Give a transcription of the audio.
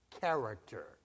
character